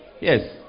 Yes